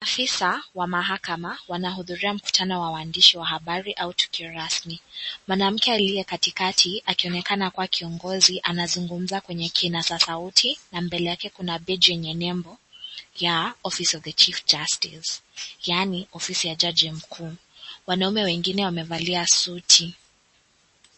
Afisa wa mahakama wanahudhuria mkutano wa waandishi wa habari au tukio rasmi .Mwanamke aliye katikati akionekana kuwa kiongozi anazungumza kwenye kinasa sauti .mbele yake kuna yenye nembo ya (cs) office of the chief justice (cs)yani ofisi ya jaji mkuu wanaume wengine wamevalia suti .